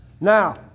Now